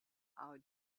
our